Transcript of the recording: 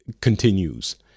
continues